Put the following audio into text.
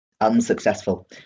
Unsuccessful